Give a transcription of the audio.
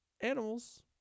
animals